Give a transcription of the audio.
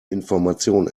information